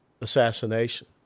assassination